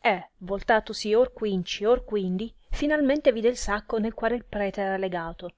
e voltatosi or quinci or quindi finalmente vide il sacco nel quale il prete era legato